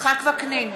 יצחק וקנין,